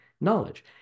knowledge